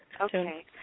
Okay